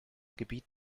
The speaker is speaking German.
gebiet